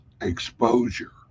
exposure